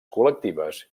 col·lectives